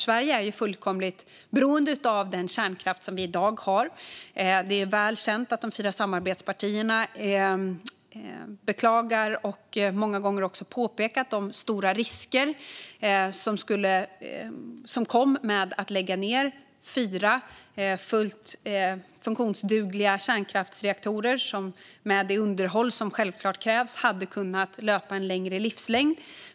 Sverige är fullkomligt beroende av den kärnkraft som vi har i dag. Det är välkänt att de fyra samarbetspartierna beklagar och många gånger också har pekat på de stora risker som kom med att lägga ned fyra fullt funktionsdugliga kärnkraftsreaktorer, som med det underhåll som krävs hade kunnat ha en längre livslängd.